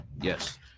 Yes